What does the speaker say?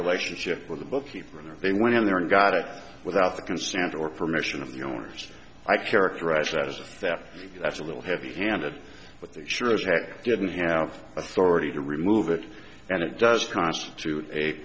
relationship with a bookkeeper and they went in there and got it without the consent or permission of the owners i characterize it as a theft that's a little heavy handed but they sure as heck didn't have authority to remove it and it does constitute a